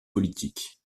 politiques